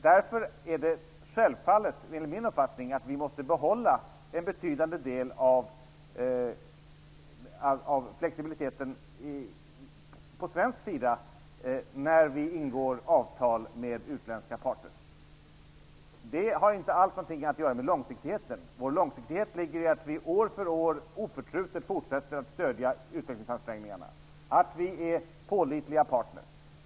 Därför måste vi, enligt min uppfattning, självfallet behålla en betydande del av flexibiliteten på svensk sida när vi ingår avtal med utländska parter. Det har inte alls någonting att göra med långsiktigheten. Vår långsiktighet ligger i att vi år för år oförtrutet fortsätter att stödja utvecklingsansträngningarna. Vi är pålitliga partner.